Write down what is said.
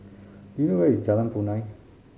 do you know where is Jalan Punai